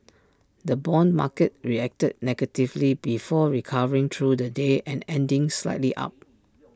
the Bond market reacted negatively before recovering through the day and ending slightly up